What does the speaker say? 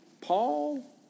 Paul